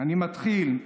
אני מתחיל.